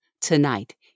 tonight